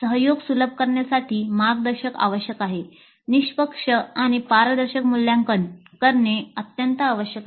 सहयोग सुलभ करण्यासाठी मार्गदर्शक आवश्यक आहे निष्पक्ष आणि पारदर्शक मूल्यांकन करणेही अत्यंत आवश्यक आहे